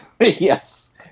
Yes